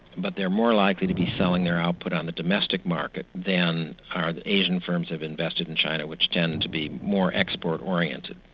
but they're more likely to be selling their output on the domestic market than are the asian firms have invested in china, which tend to be more export oriented.